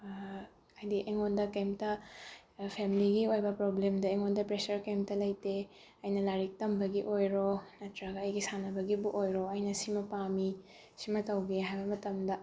ꯍꯥꯏꯗꯤ ꯑꯩꯉꯣꯟꯗ ꯀꯩꯝꯇ ꯐꯦꯃꯤꯂꯤꯒꯤ ꯑꯣꯏꯕ ꯄ꯭ꯔꯣꯕ꯭ꯂꯦꯝꯗ ꯑꯩꯉꯣꯟꯗ ꯄ꯭ꯔꯦꯁꯔ ꯀꯩꯝꯇ ꯂꯩꯇꯦ ꯑꯩꯅ ꯂꯥꯏꯔꯤꯛ ꯇꯝꯕꯒꯤ ꯑꯣꯏꯔꯣ ꯅꯠꯇ꯭ꯔꯒ ꯑꯩꯒꯤ ꯁꯥꯟꯅꯕꯈꯤꯕꯨ ꯑꯣꯏꯔꯣ ꯑꯩꯅ ꯁꯤꯃ ꯄꯥꯝꯃꯤ ꯁꯤꯃ ꯇꯧꯒꯦ ꯍꯥꯏꯕ ꯃꯇꯝꯗ